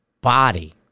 body